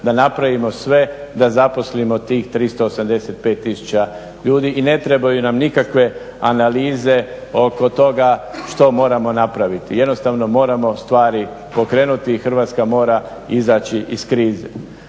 da napravimo sve da zaposlimo tih 385 tisuća ljudi i ne trebaju nam nikakve analize oko toga što moramo napraviti. Jednostavno moramo stvari pokrenuti i Hrvatska mora izaći iz krize.